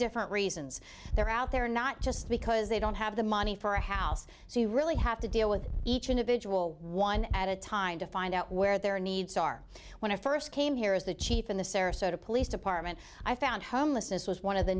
different reasons they're out there not just because they don't have the money for a house so you really have to deal with each individual one at a time to find out where their needs are when i first came here as the chief in the sarasota police department i found homelessness was one of the